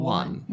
one